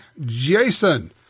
Jason